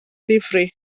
ddifrif